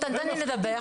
תן לי לדבר,